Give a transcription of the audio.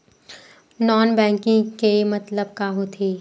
Non banking के मतलब का होथे?